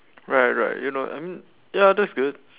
right right you know I mean ya that's good